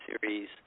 series